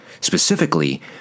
Specifically